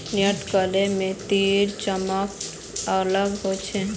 निर्यात कराल मोतीर चमक अलग ह छेक